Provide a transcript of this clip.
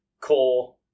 core